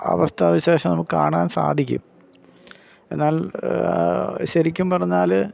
അവസ്ഥ വിശേഷം നമുക്ക് കാണാൻ സാധിക്കും എന്നാൽ ശരിക്കും പറഞ്ഞാൽ